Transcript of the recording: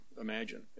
imagine